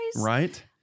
Right